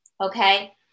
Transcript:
okay